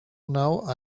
now